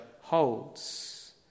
holds